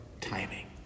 timing